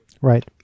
Right